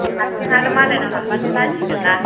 आं हारसिं आरो मालायनाव हाब्बाथाय लाजिगोन्ना